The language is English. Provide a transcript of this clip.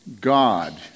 God